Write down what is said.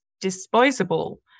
disposable